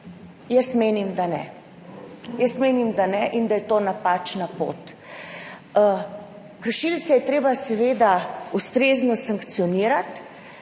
in otežiti delo vsem? Jaz menim, da ne in da je to napačna pot. Kršilce je treba seveda ustrezno sankcionirati,